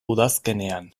udazkenean